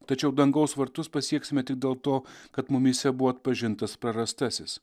tačiau dangaus vartus pasieksime tik dėl to kad mumyse buvo atpažintas prarastasis